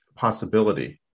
possibility